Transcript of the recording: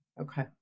Okay